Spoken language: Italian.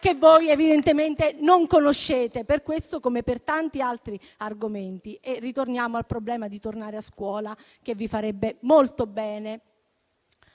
che voi evidentemente non conoscete per questo come per tanti altri argomenti. E ritorniamo al problema di tornare a scuola, che vi farebbe molto bene.